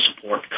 support